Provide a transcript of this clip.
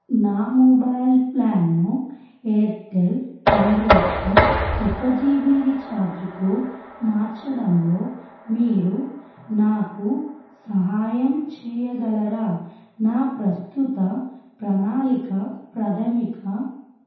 నా మొబైల్ ప్లాన్ను ఎయిర్టెల్ అందించే ఒక జీబీ రీఛార్జ్కు మార్చడంలో మీరు నాకు సహాయం చేయగలరా నా ప్రస్తుత ప్రణాళిక ప్రాథమిక